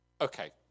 okay